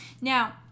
now